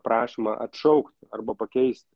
prašymą atšaukt arba pakeist